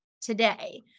today